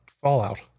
Fallout